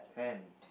ten